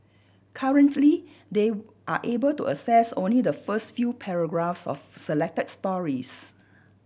currently they are able to access only the first few paragraphs of selected stories